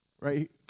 Right